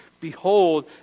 Behold